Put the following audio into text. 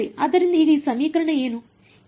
ಆದ್ದರಿಂದ ಈಗ ಈ ಸಮೀಕರಣ ಏನು